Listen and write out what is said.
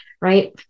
right